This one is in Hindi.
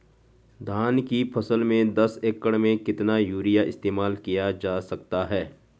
धान की फसल में दस एकड़ में कितना यूरिया इस्तेमाल किया जा सकता है?